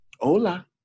Hola